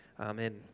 Amen